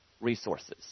Resources